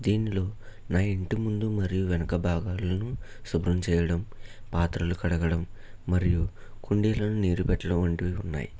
దీనిలో నా ఇంటి ముందు మరియు వెనక భాగాలను శుభ్రం చేయడం పాత్రలు కడగడం మరియు కుండీలను నీరు పెట్టడం వంటివి ఉన్నాయి